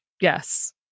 Yes